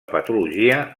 patologia